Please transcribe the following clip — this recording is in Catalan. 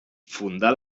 fundà